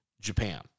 Japan